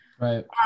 Right